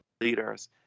leaders